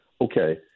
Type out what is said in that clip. Okay